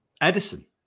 Edison